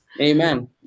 Amen